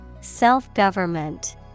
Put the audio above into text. Self-government